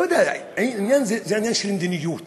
לא יודע, זה עניין של מדיניות,